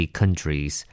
countries